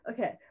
Okay